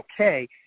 okay